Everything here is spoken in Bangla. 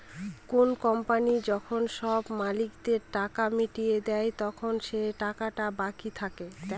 কোনো কোম্পানি যখন সব মালিকদের টাকা মিটিয়ে দেয়, তখন যে টাকাটা বাকি থাকে